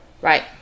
Right